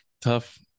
Tough